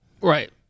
Right